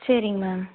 சரிங்க மேம்